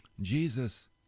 Jesus